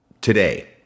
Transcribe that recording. today